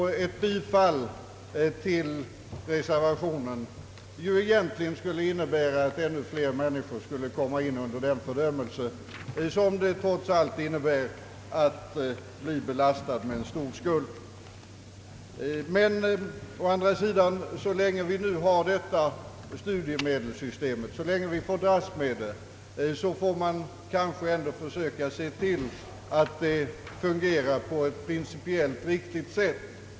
Ett bifall till reservationen skulle ju egentligen innebära att ännu flera människor skulle komma in under den fördömelse som det ändå innebär att bli belastad med en stor skuld. Å andra sidan, så länge vi nu har detta studiemedelssystem, så länge vi får dras med det, får man ändå försöka se till att det fungerar på ett principiellt riktigt sätt.